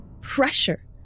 pressure